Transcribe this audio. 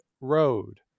road